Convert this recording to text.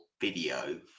video